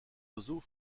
oiseaux